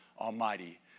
Almighty